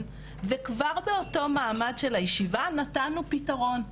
וכבר באותו מעמד של הישיבה נתנו פתרון,